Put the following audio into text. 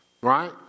Right